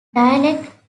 dialect